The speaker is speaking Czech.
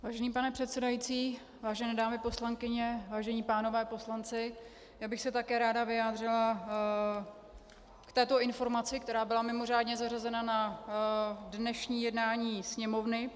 Vážený pane předsedající, vážené dámy poslankyně, vážení páni poslanci, já bych se také ráda vyjádřila k této informaci, která byla mimořádně zařazena na dnešní jednání Sněmovny.